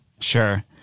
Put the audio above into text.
Sure